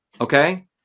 okay